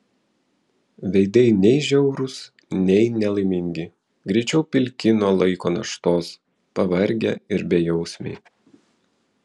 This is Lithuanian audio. veidai nei žiaurūs nei nelaimingi greičiau pilki nuo laiko naštos pavargę ir bejausmiai